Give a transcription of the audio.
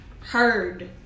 heard